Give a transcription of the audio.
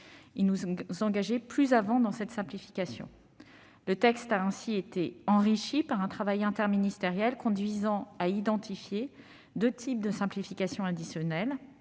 et nous engager plus avant dans cette simplification. Le texte a ainsi été enrichi par un travail interministériel conduisant à identifier deux types de simplifications additionnelles